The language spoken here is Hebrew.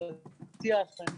אני